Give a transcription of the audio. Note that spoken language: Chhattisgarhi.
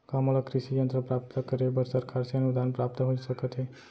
का मोला कृषि यंत्र प्राप्त करे बर सरकार से अनुदान प्राप्त हो सकत हे?